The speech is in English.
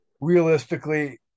realistically